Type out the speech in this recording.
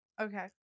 Okay